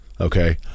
okay